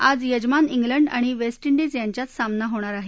आज यजमान इंग्लंड आणि वेस्ट इंडीज यांच्यात सामना होणार आहे